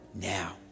now